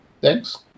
Thanks